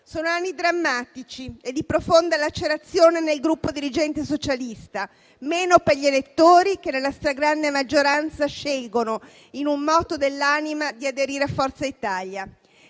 Sono anni drammatici e di profonda lacerazione nel gruppo dirigente socialista; meno per gli elettori, che nella stragrande maggioranza scelgono in un moto dell'anima di aderire a Forza Italia.